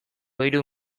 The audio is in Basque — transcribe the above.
hiru